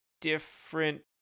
different